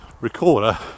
recorder